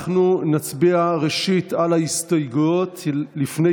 אנחנו נצביע ראשית על ההסתייגויות לפני